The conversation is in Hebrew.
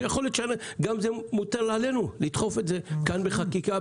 שיכול להיות שהרי גם זה מוטל עלינו לדחוף את זה כאן בחקיקה,